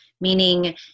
meaning